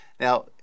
Now